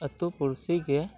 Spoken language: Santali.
ᱟᱹᱛᱩ ᱯᱩᱲᱥᱤᱜᱮ